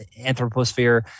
anthroposphere